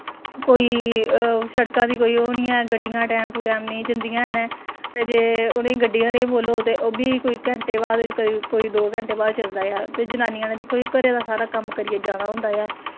कोई शड़का दी कोई ओह् निं ऐ गड्डियां टैम टू टैम नेईं जंदियां हैन ते जे उ'नें ई गड्डियें आह्लें गी बोलो ते ओह् बी कोई घैंटें बाद कोई दो घैंटें बाद चलदा ऐ ते जनानियां दा दिक्खो घरै दा सारा कम्म करियै जाना होंदा ऐ